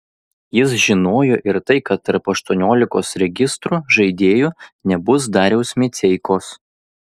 jis žinojo ir tai kad tarp aštuoniolikos registruotų žaidėjų nebus dariaus miceikos